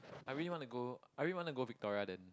I really wanna go I really wanna go Victoria then